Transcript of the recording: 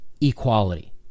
equality